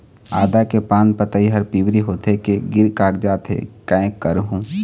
आदा के पान पतई हर पिवरी होथे के गिर कागजात हे, कै करहूं?